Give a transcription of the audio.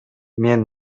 мен